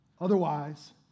Otherwise